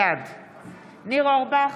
בעד ניר אורבך,